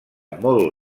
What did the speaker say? molt